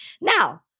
Now